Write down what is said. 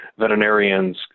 veterinarians